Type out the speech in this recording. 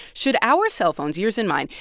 should our cellphones, yours and mine,